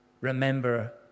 remember